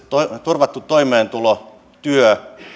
turvattu toimeentulo työ